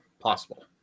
possible